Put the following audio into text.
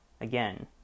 again